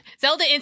Zelda